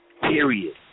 Period